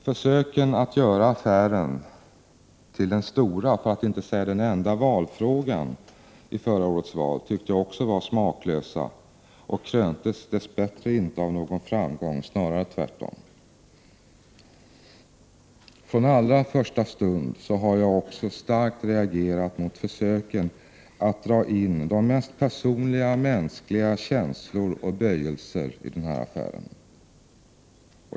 Försöken att göra affären till den stora, för att inte säga den enda, valfrågan i förra årets val tyckte jag också var smaklösa, och de kröntes dess bättre inte av någon framgång, snarare tvärtom. Från allra första stund har jag också starkt reagerat mot försöken att dra in de mest personliga och mänskliga känslor och böjelser i den här affären.